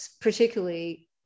particularly